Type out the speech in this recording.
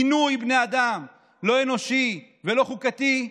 עינוי בני אדם לא אנושי ולא חוקתי,